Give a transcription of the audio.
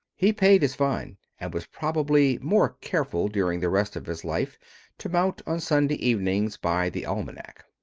he paid his fine, and was probably more careful during the rest of his life to mount on sunday evenings by the almanac.